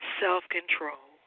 self-control